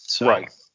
Right